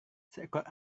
seekor